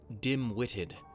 dim-witted